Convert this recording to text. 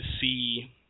see